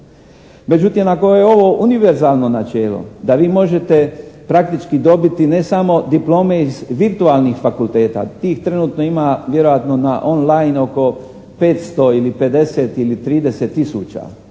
Međutim, ako je ovo univerzalno načelo da vi možete praktički dobiti ne samo diplome iz virtualnih fakulteta. Tih trenutno ima vjerojatno na on line oko 500 ili pedeset ili